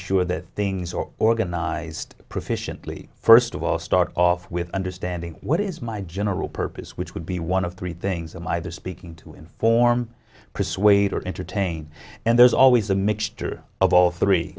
sure that things are organized proficiently first of all start off with understanding what is my general purpose which would be one of three things i'm either speaking to inform persuade or entertain and there's always a mixture of all three